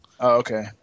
Okay